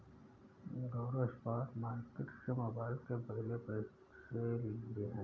गौरव spot market से mobile के बदले पैसे लिए हैं